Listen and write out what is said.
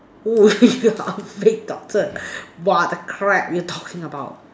oh you are a fate doctor what the crap you talking about